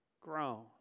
grown